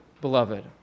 beloved